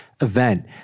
event